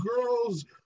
girls